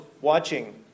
watching